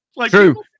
True